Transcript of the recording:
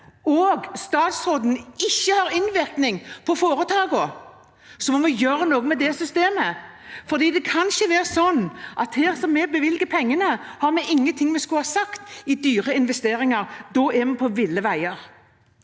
og statsråden ikke har innvirkning på foretakene, må vi gjøre noe med det systemet. Det kan ikke være sånn at vi som bevilger pengene, ikke har noe vi skulle ha sagt om dyre investeringer. Da er vi på ville veier.